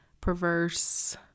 perverse